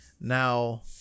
now